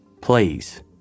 Please